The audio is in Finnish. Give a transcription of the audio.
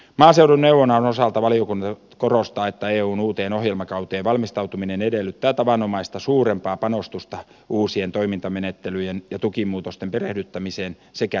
maaseudun neuvonnan osalta valiokunta korostaa että eun uuteen ohjelmakauteen valmistautuminen edellyttää tavanomaista suurempaa panostusta uusien toimintamenettelyjen ja tukimuutosten perehdyttämiseen sekä neuvontaan